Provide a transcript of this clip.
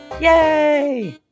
Yay